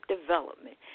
Development